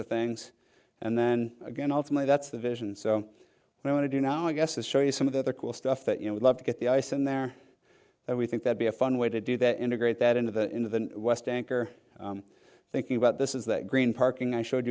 of things and then again ultimately that's the vision so i want to do now i guess is show you some of the other cool stuff that you know we love to get the ice in there and we think that be a fun way to do that integrate that into the into the west bank or thinking about this is that green parking i showed